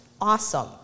awesome